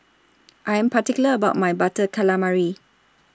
I Am particular about My Butter Calamari